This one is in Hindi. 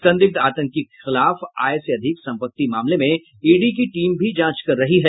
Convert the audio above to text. संदिग्ध आतंकी के खिलाफ आय से अधिक सम्पति मामले में ईडी की टीम भी जाँच कर रही है